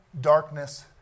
darkness